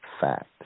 fact